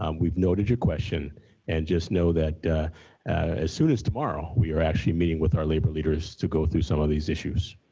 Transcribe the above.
um we've noted your question and just know that as soon as tomorrow we are actually meeting with our labor leaders to go through some of these issues.